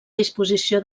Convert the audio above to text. disposició